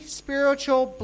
spiritual